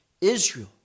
Israel